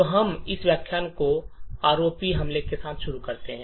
तो हम इस व्याख्यान को आरओपी हमले के साथ शुरू करते हैं